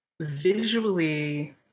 visually